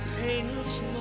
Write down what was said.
painless